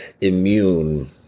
immune